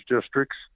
districts